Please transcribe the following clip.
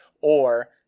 Or-